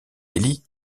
élie